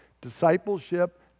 discipleship